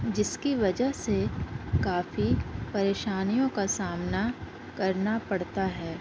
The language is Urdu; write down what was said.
جس کی وجہ سے کافی پریشانیوں کا سامنا کرنا پڑتا ہے